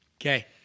Okay